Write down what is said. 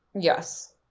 Yes